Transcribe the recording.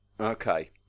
okay